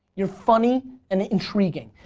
you're funny and intriguing.